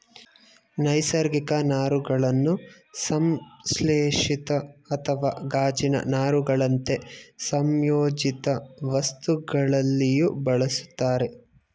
ನೈಸರ್ಗಿಕ ನಾರುಗಳನ್ನು ಸಂಶ್ಲೇಷಿತ ಅಥವಾ ಗಾಜಿನ ನಾರುಗಳಂತೆ ಸಂಯೋಜಿತವಸ್ತುಗಳಲ್ಲಿಯೂ ಬಳುಸ್ತರೆ